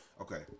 okay